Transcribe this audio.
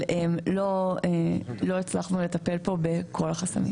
אבל לא הצלחנו לטפל פה בכל החסמים.